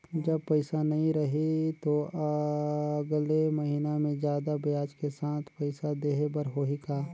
जब पइसा नहीं रही तो अगले महीना मे जादा ब्याज के साथ पइसा देहे बर होहि का?